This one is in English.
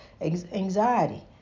anxiety